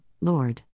Lord